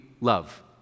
love